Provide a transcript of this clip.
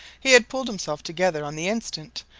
he had pulled himself together on the instant,